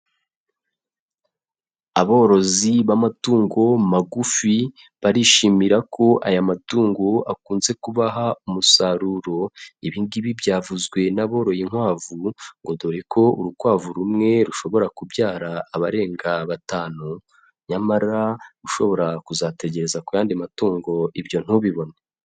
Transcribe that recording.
Aborozi b'amatungo magufi barishimira ko aya matungo akunze kubaha umusaruro, ibi ngibi byavuzwe n'aboroye inkwavu ngo dore ko urukwavu rumwe rushobora kubyara abarenga batanu, nyamara ushobora kuzategereza ku yandi matungo ibyo ntubibone.